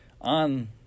On